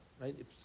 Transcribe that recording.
right